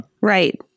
Right